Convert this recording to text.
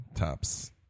Tops